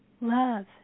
love